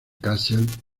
kassel